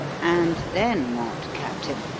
and then what, captain?